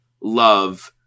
love